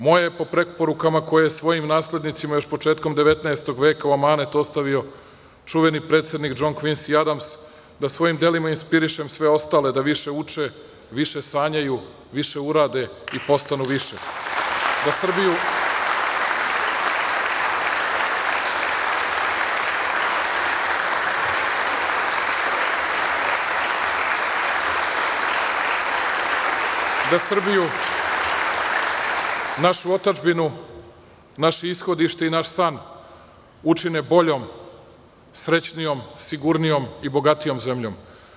Moje je, po preporukama koje svojim naslednicima još početkom XIX veka u amanet ostavio čuveni predsednik DŽon Kvinsi Adams, da svojim delima inspiriše sve ostale da više uče, više sanjaju, više urade i postanu više, da Srbiju, našu otadžbinu, naše ishodište i naš san učine boljom, srećnijom, sigurnijom i bogatijom zemljom.